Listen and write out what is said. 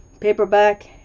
paperback